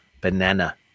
banana